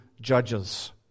judges